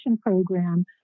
program